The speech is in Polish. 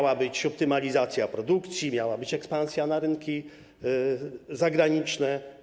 Miała być optymalizacja produkcji, miała być ekspansja na rynki zagraniczne.